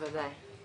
בוודאי.